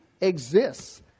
exists